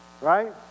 right